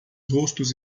rostos